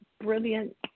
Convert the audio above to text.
brilliant